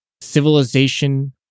civilization